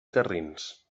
garrins